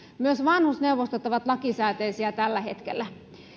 myös vanhusneuvostot ovat lakisääteisiä tällä hetkellä